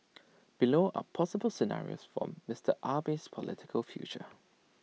below are possible scenarios for Mister Abe's political future